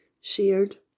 shared